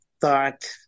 thought